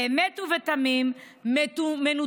באמת ובתמים מנותקים,